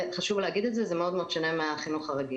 חשוב להגיד את זה, זה אונה מאוד מהחינוך הרגיל